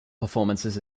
performances